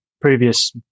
previous